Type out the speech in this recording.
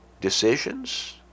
decisions